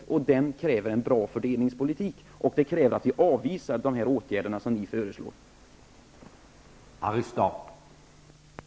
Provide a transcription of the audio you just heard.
För en sådan krävs en bra fördelningspolitik och att de åtgärder som ni föreslår avvisas.